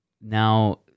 now